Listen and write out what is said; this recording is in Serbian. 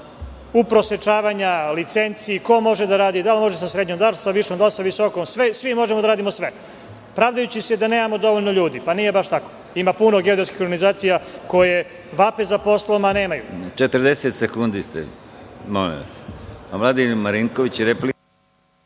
uprosečavanja, licenci, ko može da radi, da li može sa srednjom, da li sa višom, da li sa visokom, da li svi možemo da radimo sve, pravdajući se da nemamo dovoljno ljudi. Nije baš tako. Ima puno geodetskih organizacija koje vape za poslom, a nemaju ga. **Konstantin